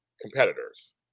competitors